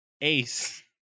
Ace